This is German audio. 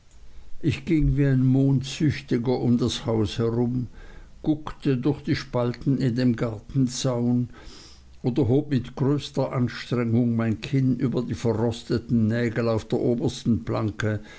ich ging wie ein mondsüchtiger um das haus herum guckte durch die spalten in dem gartenzaun oder hob mit größter anstrengung mein kinn über die verrosteten nägel auf der obersten planke